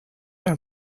are